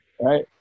Right